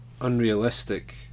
unrealistic